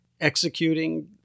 Executing